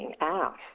out